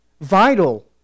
vital